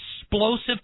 explosive